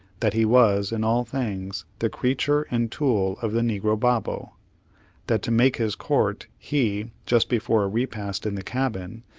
that he was, in all things, the creature and tool of the negro babo that, to make his court, he, just before a repast in the cabin,